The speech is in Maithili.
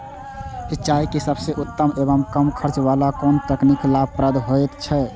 सिंचाई के सबसे उत्तम एवं कम खर्च वाला कोन तकनीक लाभप्रद होयत छै?